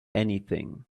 anything